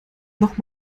noch